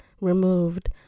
removed